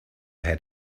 had